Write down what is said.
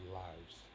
lives